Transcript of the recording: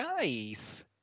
Nice